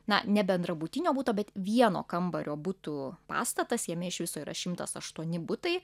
na ne bendrabutinio buto bet vieno kambario butų pastatas jame iš viso yra šimtas aštuoni butai